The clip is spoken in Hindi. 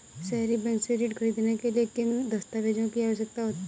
सहरी बैंक से ऋण ख़रीदने के लिए किन दस्तावेजों की आवश्यकता होती है?